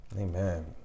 Amen